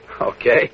Okay